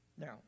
Now